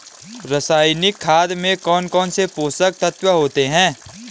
रासायनिक खाद में कौन कौन से पोषक तत्व होते हैं?